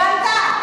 הבנת?